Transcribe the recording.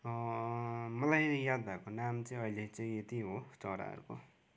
मलाई याद भएको नाम चाहिँ अहिले चाहिँ यति हो चराहरूको